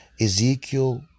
Ezekiel